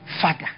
father